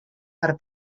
per